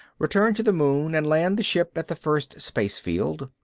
return to the moon and land the ship at the first space field,